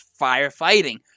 firefighting